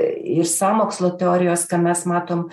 ir sąmokslo teorijos ką mes matom